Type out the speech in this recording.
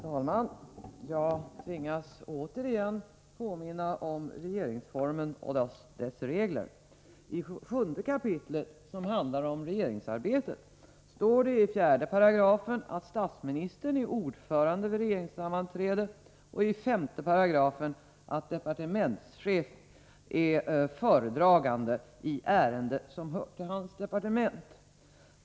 Fru talman! Jag tvingas återigen påminna om regeringsformen och dess regler. I regeringsformens 7 kap., som handlar om regeringsarbetet, står det i 4§ att statsministern är ordförande vid regeringssammanträde och i 5§ att departementschef vid regeringssammanträde är föredragande i ärende som bör till hans departement.